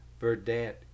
Verdant